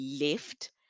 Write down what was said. left